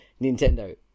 Nintendo